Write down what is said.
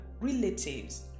relatives